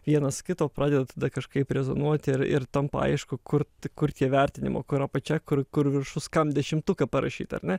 vienas kito pradeda tada kažkaip rezonuoti ir ir tampa aišku kur kur tie vertinimo kur apačia kur kur viršus kam dešimtuką parašyt ar ne